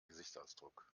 gesichtsausdruck